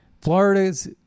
Florida's